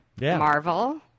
Marvel